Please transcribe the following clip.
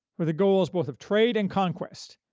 with the goals both of trade and conquest,